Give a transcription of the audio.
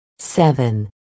Seven